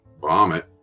vomit